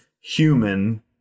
human